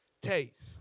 taste